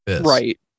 right